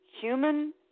human